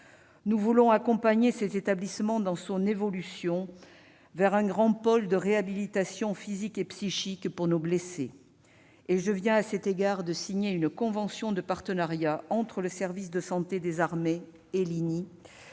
Nous voulons accompagner cet établissement dans son évolution vers un grand pôle de réhabilitation physique et psychique pour nos blessés. À cet égard, je viens de signer une convention de partenariat entre le service de santé des armées et l'INI,